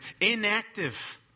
inactive